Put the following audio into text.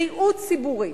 בריאות ציבורית.